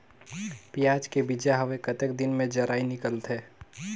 पियाज के बीजा हवे कतेक दिन मे जराई निकलथे?